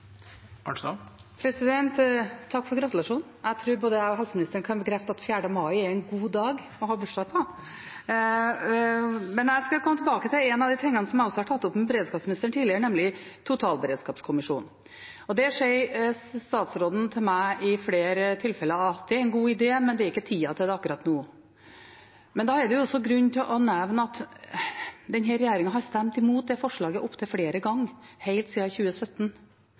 Takk for gratulasjonen. Jeg tror både jeg og helseministeren kan bekrefte at 4. mai er en god dag å ha bursdag på. Jeg skal tilbake til noe jeg har tatt opp med beredskapsministeren også tidligere, nemlig totalberedskapskommisjonen. Den sier statsråden til meg ved flere tilfeller er en god idé, men det er ikke tid til det akkurat nå. Da er det grunn til å nevne at regjeringspartiene har stemt imot det forslaget opptil flere ganger, helt siden 2017.